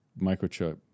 Microchip